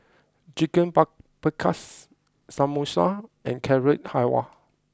Chicken Paprikas Samosa and Carrot Halwa